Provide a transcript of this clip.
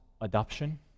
adoption